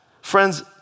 friends